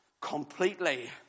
completely